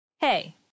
Hey